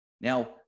Now